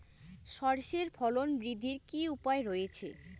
সর্ষের ফলন বৃদ্ধির কি উপায় রয়েছে?